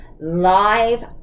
live